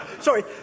Sorry